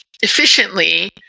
efficiently